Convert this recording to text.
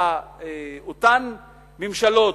אותן ממשלות,